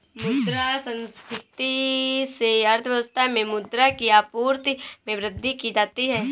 मुद्रा संस्फिति से अर्थव्यवस्था में मुद्रा की आपूर्ति में वृद्धि की जाती है